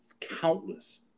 countless